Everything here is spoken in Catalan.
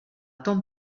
ton